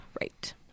Right